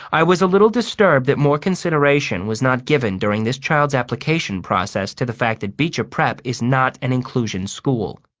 i was a little disturbed that more consideration was not given during this child's application process to the fact that beecher prep is not an inclusion school.